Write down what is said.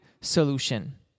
solution